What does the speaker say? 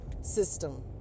system